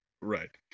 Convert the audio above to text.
right